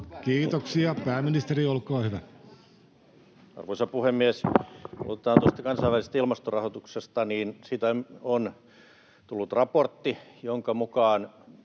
Kiitoksia. — Pääministeri, olkaa hyvä. Arvoisa puhemies! Aloitetaan tuosta kansainvälisestä ilmastorahoituksesta: Siitä on tullut raportti, jonka mukaan